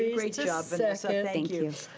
great job vanessa, thank you.